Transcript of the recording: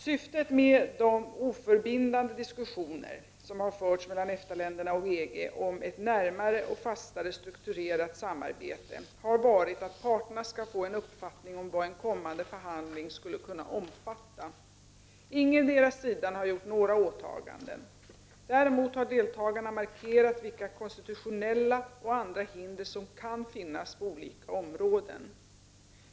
Syftet med de oförbindande diskussioner som har förts mellan EFTA-länderna och EG om ett närmare och fastare strukturerat samarbete har varit att parterna skall få en uppfattning om vad en kommande förhandling skulle kunna omfatta. Ingendera sidan har gjort några åtaganden. Däremot har deltagarna markerat vilka konstitutionella och andra hinder som kan finnas på olika områden.